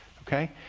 okay,